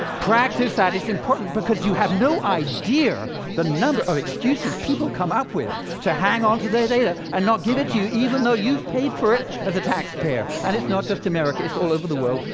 practice that. it's important because you have no idea the number of excuses people come up with to hang onto their data and not give it to you, even though you've paid for it as a taxpayer. and it's not just america. it's all over the world.